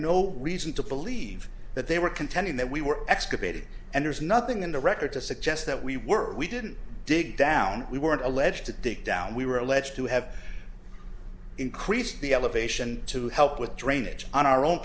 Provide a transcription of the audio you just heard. no reason to believe that they were contending that we were excavated and there's nothing in the record to suggest that we were we didn't dig down we weren't alleged to dig down we were alleged to have increased the elevation to help with drainage on our own